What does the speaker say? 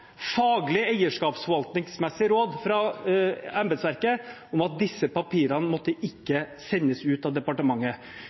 faglig, eierskapsforvaltningsmessig råd – fra embetsverket om at disse papirene ikke måtte sendes ut av departementet.